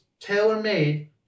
tailor-made